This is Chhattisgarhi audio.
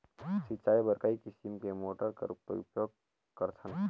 सिंचाई बर कई किसम के मोटर कर उपयोग करथन?